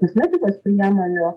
kosmetikos priemonių